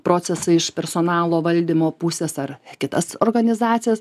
procesai iš personalo valdymo pusės ar kitas organizacijas